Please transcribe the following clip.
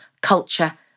culture